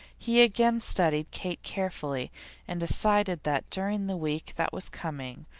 he again studied kate carefully and decided that during the week that was coming,